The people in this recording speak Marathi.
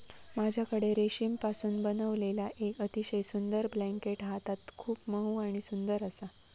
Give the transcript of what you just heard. माझ्याकडे रेशीमपासून बनविलेला येक अतिशय सुंदर ब्लँकेट हा ता खूप मऊ आणि सुंदर आसा